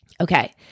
Okay